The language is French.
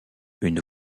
une